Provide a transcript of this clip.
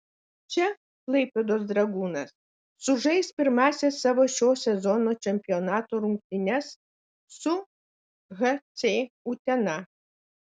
čia klaipėdos dragūnas sužais pirmąsias savo šio sezono čempionato rungtynes su hc utena